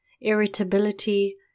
irritability